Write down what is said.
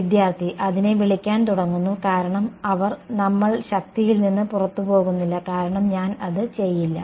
വിദ്യാർത്ഥി അതിനെ വിളിക്കാൻ തുടങ്ങുന്നു കാരണം അവർ നമ്മൾ ശക്തിയിൽ നിന്ന് പുറത്തുപോകുന്നില്ല കാരണം ഞാൻ അത് ചെയ്യില്ല